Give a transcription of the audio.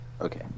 Okay